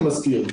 אני מזכיר,